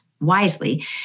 Wisely